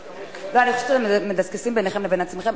אתם מדסקסים ביניכם לבין עצמכם,